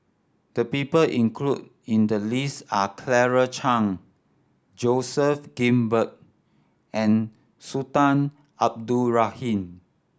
the people include in the list are Claire Chiang Joseph Grimberg and Sultan Abdul Rahman